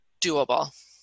doable